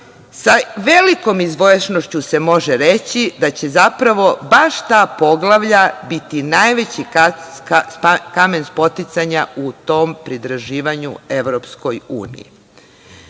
sa velikom izvesnošću se može reći da će zapravo baš ta poglavlja biti najveći kamen spoticanja u tom pridruživanju EU.Zbog toga,